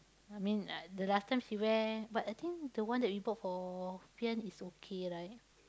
I mean uh the last time she wear but I think the one we bought for Fian is okay right